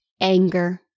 anger